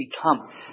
become